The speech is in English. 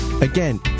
Again